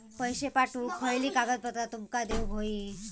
पैशे पाठवुक खयली कागदपत्रा तुमका देऊक व्हयी?